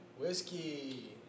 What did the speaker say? Whiskey